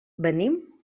venim